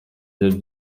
iyo